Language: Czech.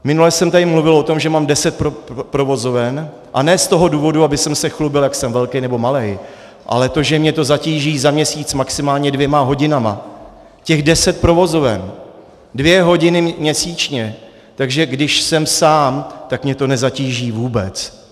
Minule jsem tady mluvil o tom, že mám deset provozoven, a ne z toho důvodu, abych se chlubil, jak jsem velký nebo malý, ale to, že mě to zatíží za měsíc maximálně dvěma hodinami, těch deset provozoven, dvě hodiny měsíčně, takže když jsem sám, tak mě to nezatíží vůbec.